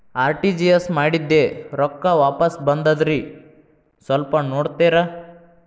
RTGS ಮಾಡಿದ್ದೆ ರೊಕ್ಕ ವಾಪಸ್ ಬಂದದ್ರಿ ಸ್ವಲ್ಪ ನೋಡ್ತೇರ?